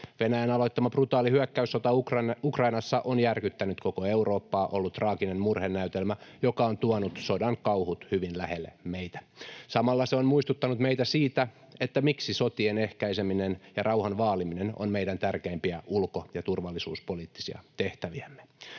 Venäjän aloittama brutaali hyökkäyssota Ukrainassa on järkyttänyt koko Eurooppaa, ollut traaginen murhenäytelmä, joka on tuonut sodan kauhut hyvin lähelle meitä. Samalla se on muistuttanut meitä siitä, miksi sotien ehkäiseminen ja rauhan vaaliminen on meidän tärkeimpiä ulko- ja turvallisuuspoliittisia tehtäviämme.